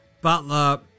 Butler